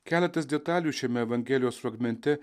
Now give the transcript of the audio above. keletas detalių šiame evangelijos fragmente